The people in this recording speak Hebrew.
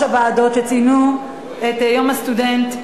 הוועדות שציינו את יום הסטודנט,